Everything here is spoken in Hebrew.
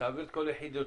ותעביר את כל יחידותיה